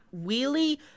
wheelie